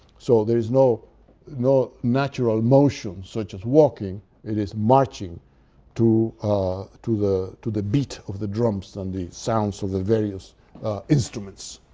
so there is no no natural motion such as walking it is marching to to the the beat of the drums and the sounds of the various instruments.